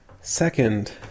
Second